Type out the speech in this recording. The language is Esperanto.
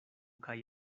kaj